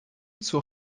zur